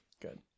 Good